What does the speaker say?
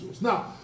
Now